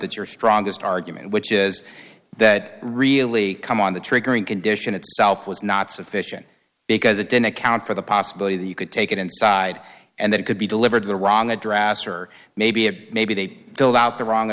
that your strongest argument which is that really come on the triggering condition itself was not sufficient because it didn't account for the possibility that you could take it inside and that could be delivered to the wrong a drastic or maybe it maybe they filled out the wrong